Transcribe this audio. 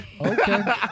Okay